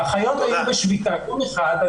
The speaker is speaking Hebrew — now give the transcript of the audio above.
האחיות היו בשביתה יום אחד,